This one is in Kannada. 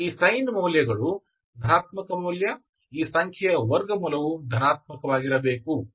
ಆದ್ದರಿಂದ ಈ ಸೈನ್ ಮೌಲ್ಯಗಳು ಧನಾತ್ಮಕ ಮೌಲ್ಯ ಈ ಸಂಖ್ಯೆಯ ವರ್ಗಮೂಲವು ಧನಾತ್ಮಕವಾಗಿರಬೇಕು